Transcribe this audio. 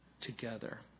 together